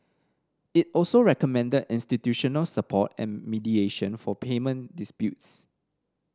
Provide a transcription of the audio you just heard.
it also recommended institutional support and mediation for payment disputes